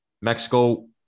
Mexico